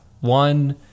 One